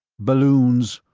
balloons,